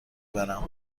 برم